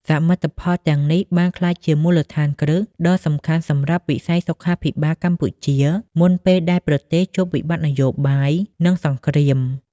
សមិទ្ធផលទាំងនេះបានក្លាយជាមូលដ្ឋានគ្រឹះដ៏សំខាន់សម្រាប់វិស័យសុខាភិបាលកម្ពុជា មុនពេលដែលប្រទេសជួបវិបត្តិនយោបាយ និងសង្គ្រាម។